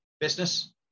business